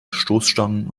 stoßstangen